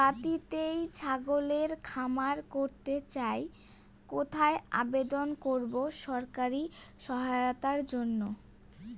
বাতিতেই ছাগলের খামার করতে চাই কোথায় আবেদন করব সরকারি সহায়তার জন্য?